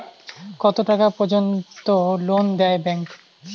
কত টাকা পর্যন্ত লোন দেয় ব্যাংক?